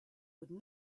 would